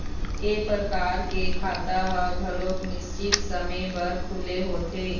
ए परकार के खाता ह घलोक निस्चित समे बर खुले होथे